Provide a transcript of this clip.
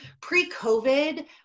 pre-COVID